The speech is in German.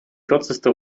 kürzeste